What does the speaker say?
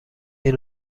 این